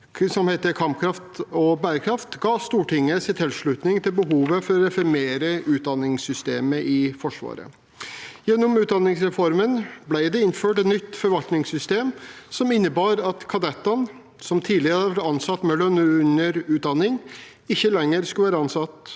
Kampkraft og bærekraft, ga Stortinget sin tilslutning til behovet for å reformere utdanningssystemet i Forsvaret. Gjennom utdanningsreformen ble det innført et nytt forvaltningssystem som innebar at kadettene, som tidligere hadde vært ansatt med lønn under utdanning, ikke lenger skulle være ansatt,